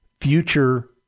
future